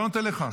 אני לא נותן לך.